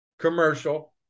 commercial